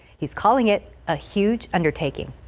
he's calling it a huge undertaking.